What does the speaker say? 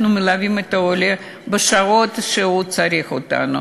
אנחנו מלווים את העולה בשעות שהוא צריך אותנו: